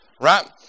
Right